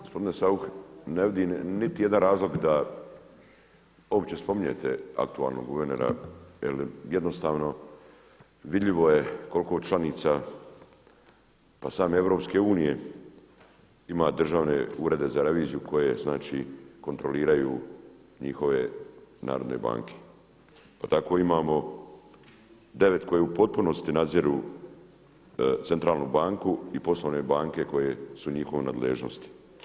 Gospodine Saucha ne vidim niti jedan razlog da uopće spominjete aktualnog guvernera jel jednostavno vidljivo je koliko članica pa same EU ima državne urede za reviziju koje kontroliraju njihove narodne banke. pa tako imamo devet koje u potpunosti nadziru centralnu banku i poslovne banke koje su u njihovoj nadležnosti.